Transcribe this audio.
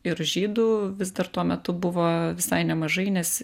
ir žydų vis dar tuo metu buvo visai nemažai nes